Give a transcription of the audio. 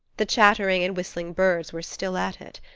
the chattering and whistling birds were still at it.